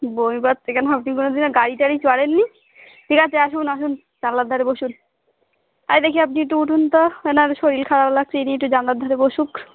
বমি পাচ্ছে কেন আপনি কোনোদিন গাড়ি টাড়ি চড়েন নি ঠিক আছে আসুন আসুন জানলার ধারে বসুন তাই দেখি আপনি একটু উঠুন তো এনার শরীর খারাপ লাগছে ইনি একটু জানলার ধারে বসুক